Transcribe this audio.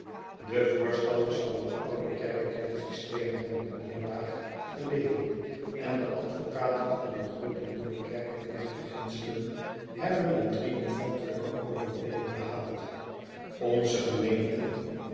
de voorstanders van het oude kerkeknechtensysteem hebben de neerlaag geleden en de advocaten van de groote nieuwe kerkeknechtbeginselen hebben een triomfantelijke overwinning behaald onze